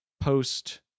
post